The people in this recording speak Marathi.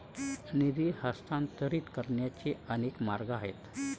निधी हस्तांतरित करण्याचे अनेक मार्ग आहेत